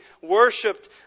worshipped